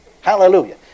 Hallelujah